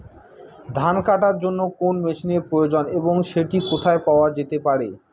ধান কাটার জন্য কোন মেশিনের প্রয়োজন এবং সেটি কোথায় পাওয়া যেতে পারে?